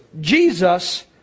Jesus